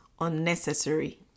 unnecessary